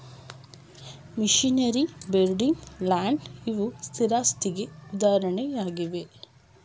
missionaries, building, land ಇವು ಸ್ಥಿರಾಸ್ತಿಗೆ ಉದಾಹರಣೆಯಾಗಿವೆ